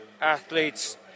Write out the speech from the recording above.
athletes